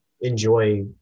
enjoy